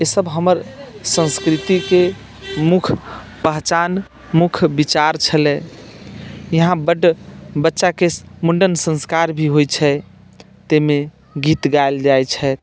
ईसभ हमर संस्कृतिके मुख्य पहचान मुख्य विचार छलै यहाँ बड्ड बच्चाके मुण्डन संस्कार भी होइत छै ताहिमे गीत गायल जाइत छै